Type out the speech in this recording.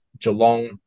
Geelong